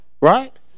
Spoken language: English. right